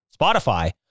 Spotify